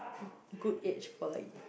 good age for like